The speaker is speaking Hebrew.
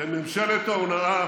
בממשלת ההונאה